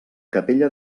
capella